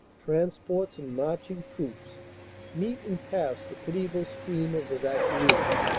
transports and marching troops meet and pass the piti able stream of evacuees.